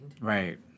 Right